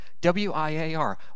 W-I-A-R